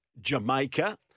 Jamaica